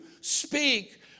speak